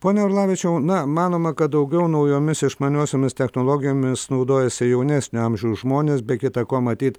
pone orlavičiau na manoma kad daugiau naujomis išmaniosiomis technologijomis naudojasi jaunesnio amžiaus žmonės be kita ko matyt